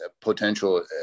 potential